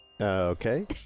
Okay